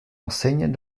enseigne